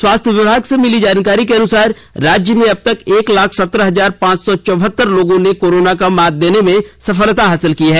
स्वास्थ्य विभाग से मिली जानकारी के अनुसार राज्य में अब तक एक लाख सत्रह हजार पांच सौ चौहत्तर लोगों ने कोरोना को मात देने में सफलता हासिल की है